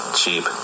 cheap